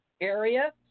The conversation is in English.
area